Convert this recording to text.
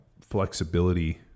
flexibility